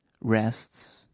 rests